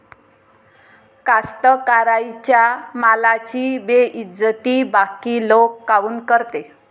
कास्तकाराइच्या मालाची बेइज्जती बाकी लोक काऊन करते?